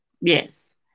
yes